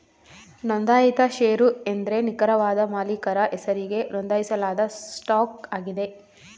ನೊಂದಾಯಿತ ಶೇರು ಎಂದ್ರೆ ನಿಖರವಾದ ಮಾಲೀಕರ ಹೆಸರಿಗೆ ನೊಂದಾಯಿಸಲಾದ ಸ್ಟಾಕ್ ಆಗಿದೆ